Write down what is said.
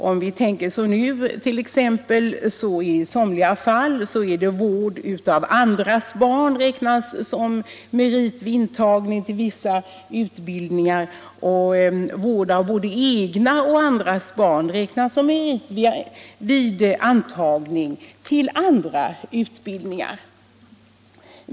Nu räknas t.ex. vård av andras barn i somliga fall som merit vid intagning till vissa utbildningar, och vård av både egna och andras barn räknas som merit vid intagning till andra utbildningar.